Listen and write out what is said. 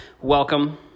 welcome